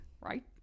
Right